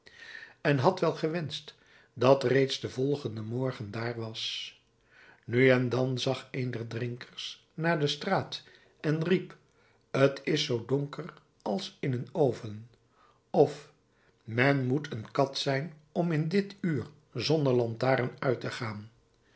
en had wel gewenscht dat reeds de volgende morgen daar was nu en dan zag een der drinkers naar de straat en riep t is zoo donker als in een oven of men moet een kat zijn om in dit uur zonder lantaarn uit te gaan